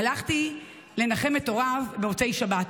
הלכתי לנחם את הוריו במוצאי שבת.